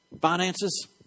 Finances